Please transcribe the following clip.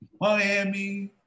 Miami